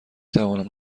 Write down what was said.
توانم